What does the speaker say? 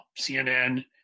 CNN